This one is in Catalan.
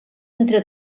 entre